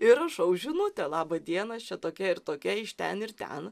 ir rašau žinutę laba diena aš čia tokia ir tokia iš ten ir ten